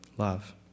love